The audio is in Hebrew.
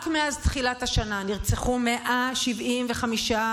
רק מאז תחילת השנה נרצחו 175 אנשים,